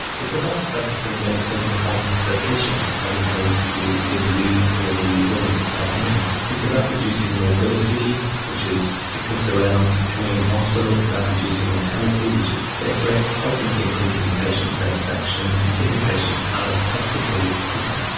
it's about focusing medicine on the patient as opposed to the disease or the illness at hand. it's about reducing morbidity, which is sickness around coming into hospital, it's about reducing mortality, which is the death rate, ultimately increasing patient satisfaction and getting patients out of hospital quicker.